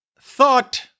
thought